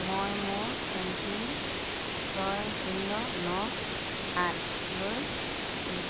মই মোৰ M PIN ছয় শূন্য ন সাতলৈ ৰি